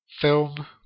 film